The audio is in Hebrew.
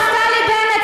חבר הכנסת גילאון.